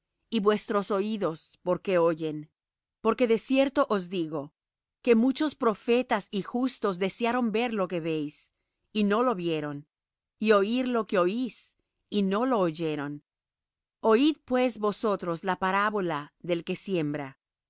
y vuestros oídos porque oyen porque de cierto os digo que muchos profetas y justos desearon ver lo que veis y no lo vieron y oir lo que oís y no lo oyeron oid pues vosotros la parábola del que siembra